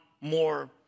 more